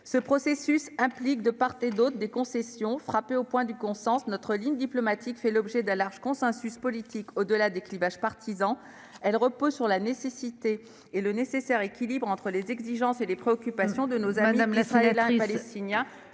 qui implique de part et d'autre des concessions. Frappée au coin du bon sens, cette ligne diplomatique a fait l'objet d'un large consensus politique au-delà des clivages partisans. Elle repose sur un nécessaire équilibre entre les exigences et les préoccupations de nos amis israéliens et palestiniens.